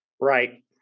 Right